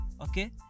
okay